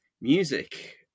music